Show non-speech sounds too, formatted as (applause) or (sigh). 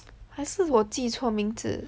(noise) 还是我记错名字